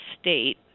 state